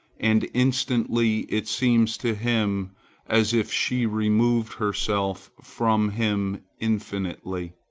and instantly it seems to him as if she removed herself from him infinitely,